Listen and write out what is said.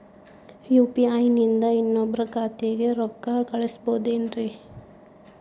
UPI ನಿಂದ ಇನ್ನೊಬ್ರ ಖಾತೆಗೆ ರೊಕ್ಕ ಕಳ್ಸಬಹುದೇನ್ರಿ?